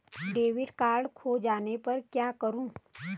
Debit card खो जाने पर क्या करूँ?